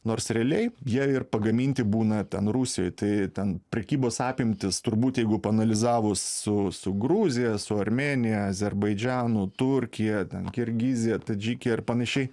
nors realiai jie ir pagaminti būna ten rusijoj tai ten prekybos apimtys turbūt jeigu paanalizavus su su gruzija su armėnija azerbaidžanu turkija ten kirgizija tadžikija ir panašiai